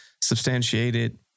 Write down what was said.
substantiated